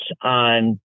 on